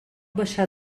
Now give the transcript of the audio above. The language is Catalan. baixar